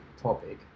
topic